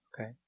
Okay